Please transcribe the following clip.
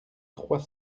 trois